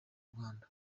rwanda